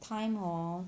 time hor